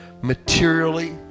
materially